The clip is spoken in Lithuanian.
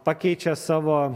pakeičia savo